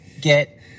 get